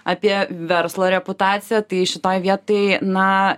apie verslo reputaciją tai šitoj vietoj na